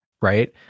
right